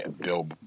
Bill